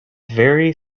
very